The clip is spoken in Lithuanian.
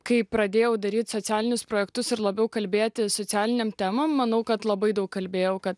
kai pradėjau daryti socialinius projektus ir labiau kalbėti socialinėm temom manau kad labai daug kalbėjau kad